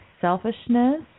selfishness